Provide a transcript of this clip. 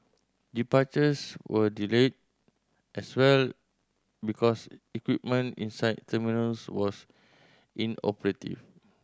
departures were delayed as well because equipment inside terminals was inoperative